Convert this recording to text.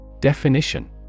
Definition